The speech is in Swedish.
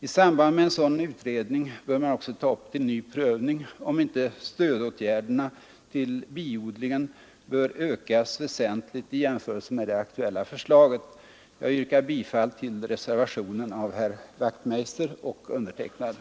I samband med en sådan utredning bör man också ta upp till ny prövning om inte stödåtgärderna till biodlingen bör ökas väsentligt i jämförelse med det aktuella förslaget. Jag yrkar bifall till reservationen av herr Wachtmeister i Johannishus och mig.